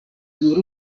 nur